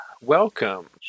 Welcome